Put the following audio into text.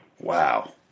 Wow